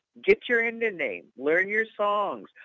get your indian name, learn your songs,